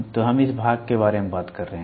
तो हम इस भाग के बारे में बात कर रहे हैं